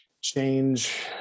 change